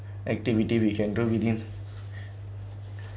activity we can do within